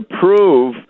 prove